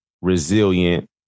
resilient